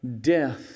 death